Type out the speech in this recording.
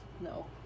No